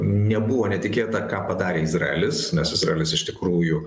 nebuvo netikėta ką padarė izraelis nes izraelis iš tikrųjų